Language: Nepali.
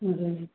हजुर